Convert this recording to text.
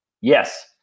Yes